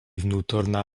vnútorná